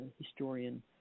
historian